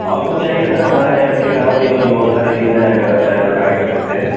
اور کچھ چاہیے سر ہمارے یہاں اِس کے علاوہ بھی اور بھی بہت ساری چیزیں ہیں اگر آپ چاہیں تو ٹرائی کر سکتے ہیں